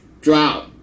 drought